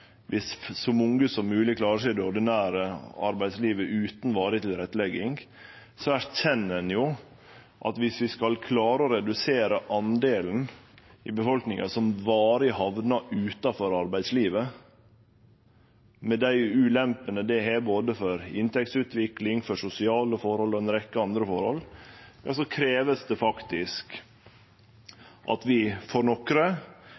så mange som mogleg klarer seg i det ordinære arbeidslivet utan varig tilrettelegging, erkjenner ein at dersom vi skal klare å redusere delen i befolkninga som varig hamnar utanfor arbeidslivet – med dei ulempene det har både for inntektsutvikling og for sosiale og ei rekkje andre forhold – krevst det faktisk at vi for nokre